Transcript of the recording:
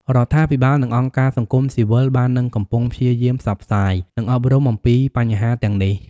រដ្ឋាភិបាល និងអង្គការសង្គមស៊ីវិលបាននិងកំពុងព្យាយាមផ្សព្វផ្សាយ និងអប់រំអំពីបញ្ហាទាំងនេះ។